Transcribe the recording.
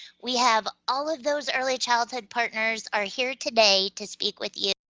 we have all of those early childhood partners are here today to speak with you,